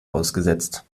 ausgesetzt